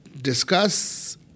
discuss